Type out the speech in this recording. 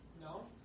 No